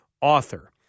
author